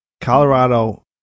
Colorado